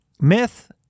Myth